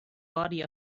body